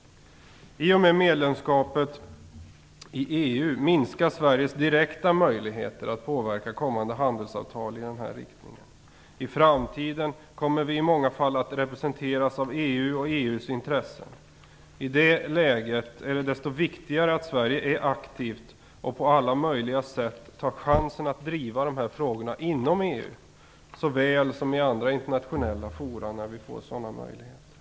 I och med medlemskapet i EU minskar Sveriges direkta möjligheter att påverka kommande handelsavtal i denna riktning. I framtiden kommer vi i många fall att representeras av EU och EU:s intressen. I det läget är det desto viktigare att Sverige är aktivt och på alla möjliga sätt tar chansen att driva dessa frågor inom EU såväl som i andra internationella fora, när vi får sådana möjligheter.